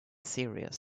serious